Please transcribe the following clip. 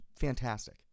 fantastic